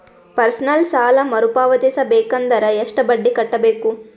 Personal ಸಾಲ ಮರು ಪಾವತಿಸಬೇಕಂದರ ಎಷ್ಟ ಬಡ್ಡಿ ಕಟ್ಟಬೇಕು?